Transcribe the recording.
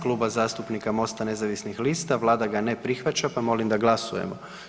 Kluba zastupnika MOST-a nezavisnih lista, Vlada ga ne prihvaća pa molim da glasujemo.